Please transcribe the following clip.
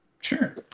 Sure